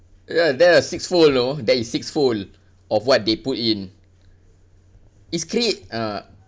ya that are six fold oh that is six fold of what they put in is uh